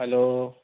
hello